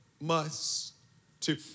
must-to